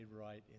right